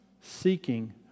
seeking